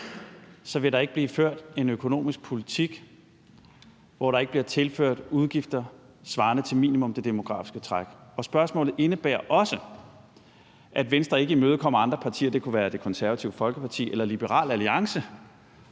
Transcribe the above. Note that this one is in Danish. så vil der ikke blive ført en økonomisk politik, hvor der ikke bliver tilført udgifter svarende til minimum det demografiske træk. Spørgsmålet indebærer også, at Venstre ikke imødekommer andre partier – det kunne være Det Konservative Folkeparti eller Liberal Alliance